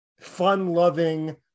fun-loving